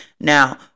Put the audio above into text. Now